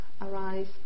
arise